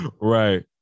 right